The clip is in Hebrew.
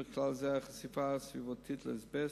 ובכלל זה חשיפה סביבתית לאזבסט,